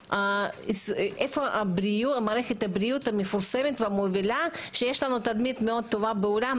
איפה מערכת הבריאות המפורסמת והמובילה שיש לנו תדמית מאוד טובה בעולם,